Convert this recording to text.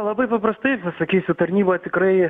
labai paprastai pasakysiu tarnyba tikrai